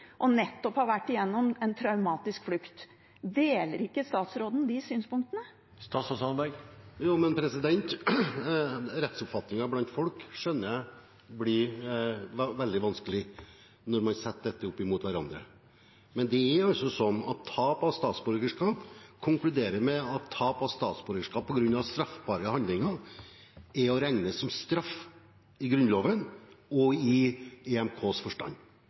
og nettopp vært igjennom en traumatisk flukt. Deler ikke statsråden de synspunktene? Rettsoppfatningen blant folk skjønner jeg blir veldig vanskelig når man setter dette opp mot hverandre. NOU 2015: 4, Tap av norsk statsborgerskap, konkluderer med at tap av statsborgerskap på grunn av straffbare handlinger er å regne som straff i Grunnlovens og EMKs forstand.